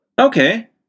Okay